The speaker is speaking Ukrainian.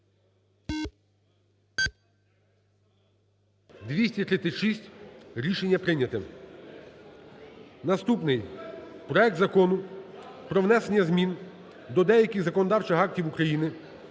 За-236 Рішення прийняте. Наступний. Проект Закону про внесення змін до деяких законодавчих актів України